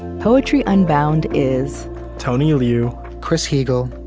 poetry unbound is tony liu, chris heagle,